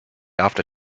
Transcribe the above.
after